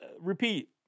repeat